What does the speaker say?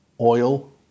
Oil